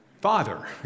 father